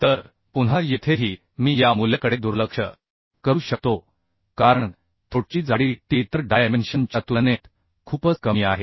तर पुन्हा येथेही मी या मूल्याकडे दुर्लक्ष करू शकतो कारण थ्रोटची जाडी t इतर डायमेन्शन च्या तुलनेत खूपच कमी आहे